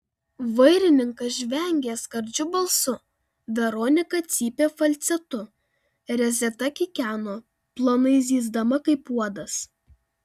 vairininkas žvengė skardžiu balsu veronika cypė falcetu rezeta kikeno plonai zyzdama kaip uodas